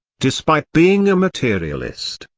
despite being a materialist,